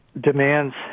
demands